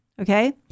Okay